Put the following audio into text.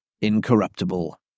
incorruptible